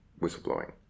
whistleblowing